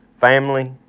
family